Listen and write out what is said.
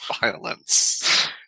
violence